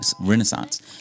Renaissance